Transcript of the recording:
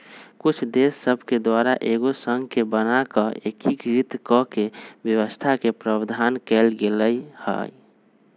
कुछ देश सभके द्वारा एगो संघ के बना कऽ एकीकृत कऽकेँ व्यवस्था के प्रावधान कएल गेल हइ